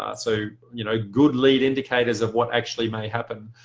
ah so you know good lead indicators of what actually may happen.